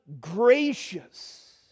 gracious